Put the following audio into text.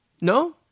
No